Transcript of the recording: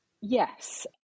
Yes